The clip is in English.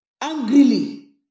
angrily